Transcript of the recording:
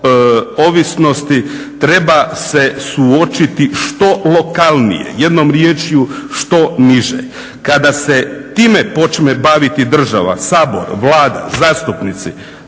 ovisnosti treba se suočiti što lokalnije, jednom riječju što niže. Kada se time počne baviti država, Sabor, Vlada, zastupnici,